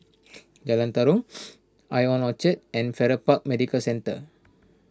Jalan Tarum I O N Orchard and Farrer Park Medical Centre